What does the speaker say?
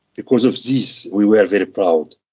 because of this we were very proud.